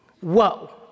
Whoa